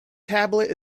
tablet